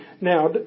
now